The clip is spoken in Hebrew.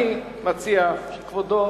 אני מציע שכבודו